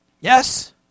Yes